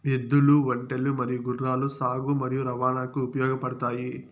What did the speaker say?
ఎద్దులు, ఒంటెలు మరియు గుర్రాలు సాగు మరియు రవాణాకు ఉపయోగపడుతాయి